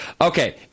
Okay